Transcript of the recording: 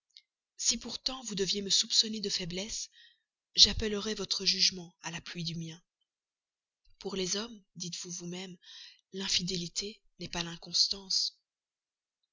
si pourtant vous deviez me soupçonner de faiblesse j'appellerais votre jugement à l'appui du mien pour les hommes dites-vous vous-même l'infidélité n'est pas l'inconstance